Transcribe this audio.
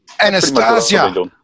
Anastasia